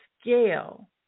scale